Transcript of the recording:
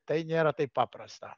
tai nėra taip paprasta